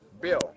bill